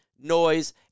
noise